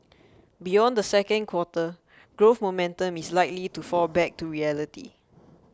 beyond the second quarter growth momentum is likely to fall back to reality